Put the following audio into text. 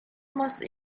must